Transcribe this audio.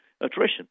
attrition